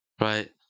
Right